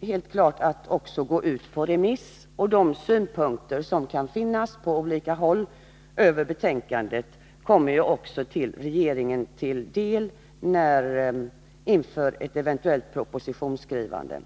helt klart att gå ut på remiss. De synpunkter på betänkandet som kan finnas på olika håll kommer också regeringen till del inför ett eventuellt propositionsskrivande.